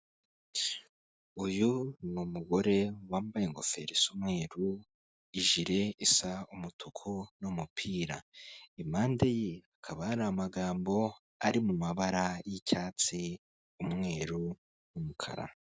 Uyu ni umugore wambaye ingofero z'umweru jule isa umutuku n'umupira impande ye akaba yari amagambo ari mu mabara y'icyatsi, umweru n'umukara.